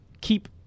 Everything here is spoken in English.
keep